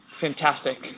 fantastic